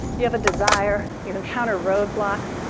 you have a desire, you encounter roadblocks,